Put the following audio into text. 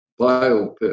biopic